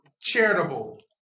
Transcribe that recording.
charitable